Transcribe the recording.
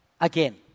Again